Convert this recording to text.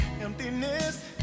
Emptiness